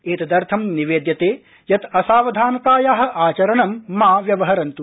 एतदर्थं निवेद्यते यत् असावधानताया आचरणं मा व्यवहरन्तु